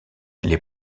les